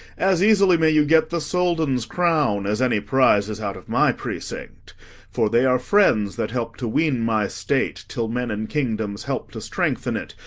as easily may you get the soldan's crown as any prizes out of my precinct for they are friends that help to wean my state till men and kingdoms help to strengthen it,